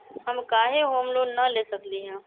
हम काहे home loan न ले सकली ह?